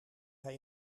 hij